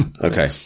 Okay